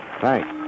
Thanks